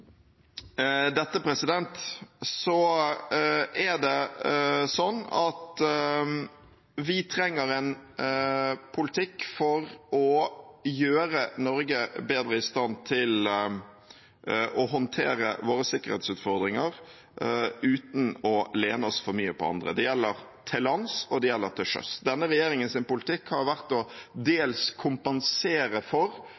dette trenger vi en politikk for å gjøre Norge bedre i stand til å håndtere sine sikkerhetsutfordringer uten å lene seg for mye på andre. Det gjelder til lands, og det gjelder til sjøs. Denne regjeringens politikk har vært dels å kompensere for